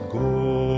go